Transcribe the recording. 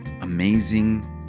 amazing